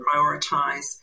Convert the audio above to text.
prioritize